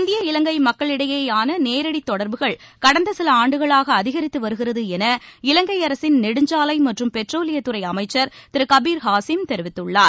இந்திய இலங்கை மக்களிடையேயான நேரடி தொடர்புகள் கடந்த சில ஆண்டுகளாக அதிகரித்து வருகிறது என இலங்கை அரசின் நெடுஞ்சாலை மற்றும் பெட்ரோலியத் துறை அமைச்சர் திரு கபீர் ஹாசிம் தெரிவித்துள்ளார்